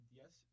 yes